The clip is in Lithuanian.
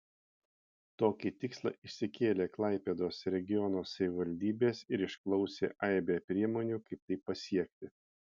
tokį tikslą išsikėlė klaipėdos regiono savivaldybės ir išklausė aibę priemonių kaip tai pasiekti